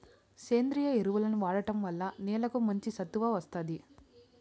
సేంద్రీయ ఎరువులను వాడటం వల్ల నేలకు మంచి సత్తువ వస్తాది